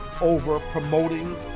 over-promoting